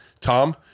Tom